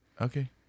okay